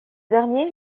dernier